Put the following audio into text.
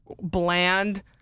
bland